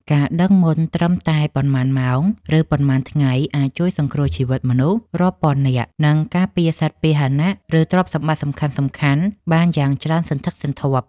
ការដឹងមុនត្រឹមតែប៉ុន្មានម៉ោង ឬប៉ុន្មានថ្ងៃ អាចជួយសង្គ្រោះជីវិតមនុស្សរាប់ពាន់នាក់ និងការពារសត្វពាហណៈ ឬទ្រព្យសម្បត្តិសំខាន់ៗបានយ៉ាងច្រើនសន្ធឹកសន្ធាប់។